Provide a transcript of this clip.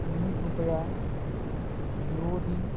तुम्ही कृपया रिओ दी